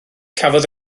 cafodd